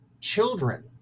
Children